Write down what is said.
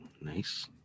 nice